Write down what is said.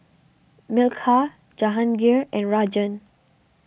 Milkha Jahangir and Rajan